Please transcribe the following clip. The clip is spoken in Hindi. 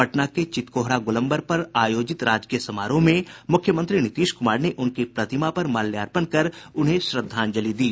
पटना के चित्तकोहरा गोलंबर पर आयोजित राजकीय समारोह में मुख्यमंत्री नीतीश कुमार ने उनकी प्रतिमा पर माल्यार्पण कर उन्हें श्रद्धाजंलि दी